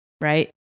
right